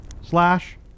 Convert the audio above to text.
slash